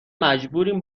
مجبوریم